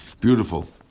Beautiful